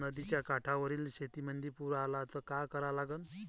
नदीच्या काठावरील शेतीमंदी पूर आला त का करा लागन?